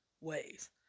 ways